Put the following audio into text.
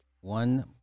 one